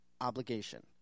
obligation